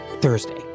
Thursday